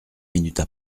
minutes